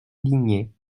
indignés